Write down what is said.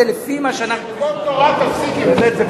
בשביל כבוד תורה תפסיק עם זה.